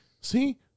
See